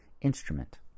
instrument